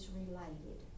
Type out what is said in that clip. related